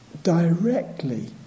directly